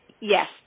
Yes